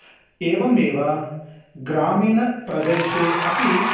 एवमेव ग्रामीणप्रदेशे अपि